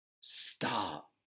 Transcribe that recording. Stop